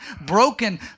broken